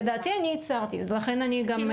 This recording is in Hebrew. לדעתי אני הצהרתי, לכן אני שואלת.